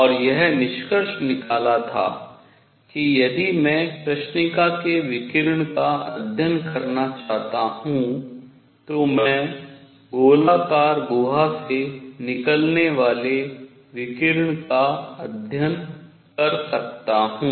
और यह निष्कर्ष निकाला था कि यदि मैं कृष्णिका के विकिरण का अध्ययन करना चाहता हूँ तो मैं गोलाकार गुहा से निकलने वाले विकिरण का अध्ययन कर सकता हूँ